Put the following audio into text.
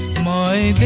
my